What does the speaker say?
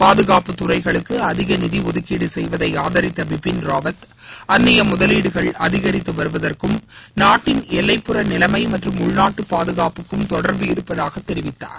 பாதுகாப்புத்துறைகளுக்கு அதிக நிதி ஒதுக்கீடு செய்வதை ஆதித்த பிபின் ராவத் அன்னிய முதலீடுகள் அதிகித்து வருவதற்கும் நாட்டின் எல்லைப்புற நிலைமை மற்றும் உள்நாட்டு பாதுகாப்புக்கும் தொடர்பு இருப்பதாக அவர் தெரிவித்தார்